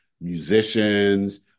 musicians